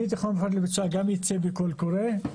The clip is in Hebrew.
גם ייצא בקול קורא,